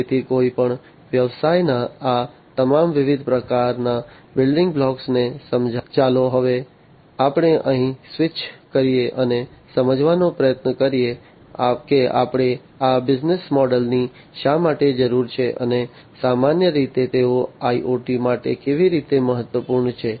તેથી કોઈપણ વ્યવસાયના આ તમામ વિવિધ પ્રકારના બિલ્ડીંગ બ્લોક્સને સમજ્યા પછી ચાલો હવે આપણે અહીં સ્વિચ કરીએ અને સમજવાનો પ્રયત્ન કરીએ કે આપણને આ બિઝનેસ મોડલ્સ ની શા માટે જરૂર છે અને સામાન્ય રીતે તેઓ IoT માટે કેવી રીતે મહત્વપૂર્ણ છે